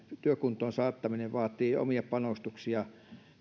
työkuntoon saattaminen vaatii omia panostuksia